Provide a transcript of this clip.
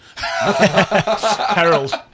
Harold